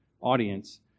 audience